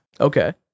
okay